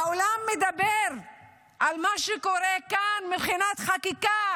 העולם מדבר על מה שקורה כאן מבחינת חקיקה,